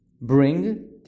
bring